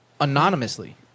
anonymously